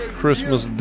christmas